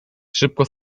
szybko